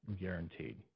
Guaranteed